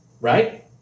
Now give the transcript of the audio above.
right